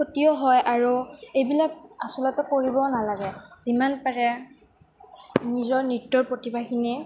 ক্ষতিও হয় আৰু এইবিলাক আচলতে কৰিবও নালাগে যিমান পাৰে নিজৰ নৃত্যৰ প্ৰতিভাখিনিয়ে